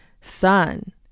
son